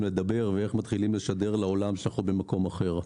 לדבר ואיך מתחילים לשדר לעולם שאנחנו במקום אחר.